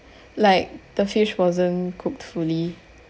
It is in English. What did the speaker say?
like the fish wasn't cooked fully